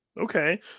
Okay